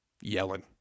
yelling